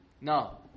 No